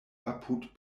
apud